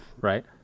Right